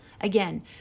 Again